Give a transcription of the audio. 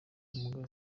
umugabo